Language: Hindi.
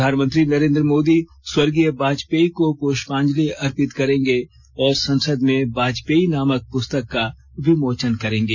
प्रधानमंत्री नरेन्द्र मोदी स्वर्गीय वाजपेयी को पुष्पांजलि अर्पित करेंगे और संसद में वाजपेयी नामक पुस्तक का विमोचन करेंगे